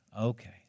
Okay